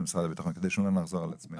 משרד הביטחון וכדי שלא נחזור על עצמנו.